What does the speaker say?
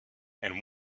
and